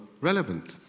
relevant